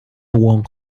wong